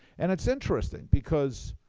and it's interesting because,